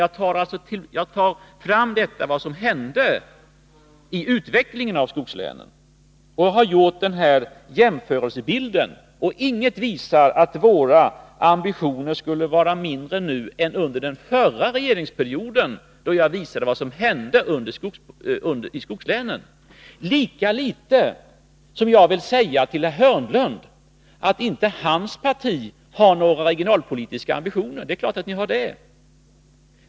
Den jämförelsebild över vad som hände i fråga om utvecklingen i skogslänen som jag tar fram ger vid handen att ingenting visar att våra ambitioner skulle vara mindre nu än under den förra regeringsperioden, och jag har visat vad som hände i skogslänen då. Jag vill inte till herr Hörnlund säga att hans parti inte har några regionalpolitiska ambitioner — det är klart att centern har det.